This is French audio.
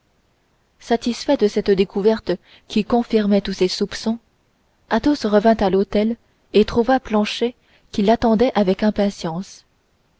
satisfait de cette découverte qui confirmait tous ses soupçons athos revint à l'hôtel et trouva planchet qui l'attendait avec impatience